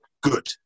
good